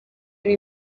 ari